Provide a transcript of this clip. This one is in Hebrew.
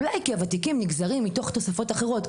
אולי כי שכר הוותיקים נגזר מתוך תוספות אחרות,